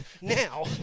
now